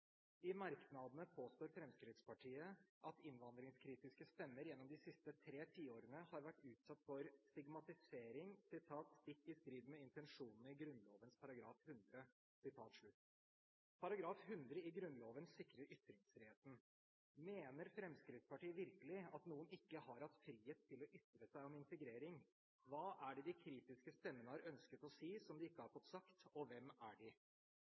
I merknadene påstår Fremskrittspartiet at innvandringskritiske stemmer gjennom de siste tre tiårene har vært utsatt for stigmatisering «stikk i strid med intensjonene i Grunnloven § 100». Paragraf 100 i Grunnloven sikrer ytringsfriheten. Mener Fremskrittspartiet virkelig at noen ikke har hatt frihet til å ytre seg om integrering? Hva er det de kritiske stemmene har ønsket å si, som de ikke har fått sagt? Og hvem er de?